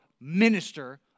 minister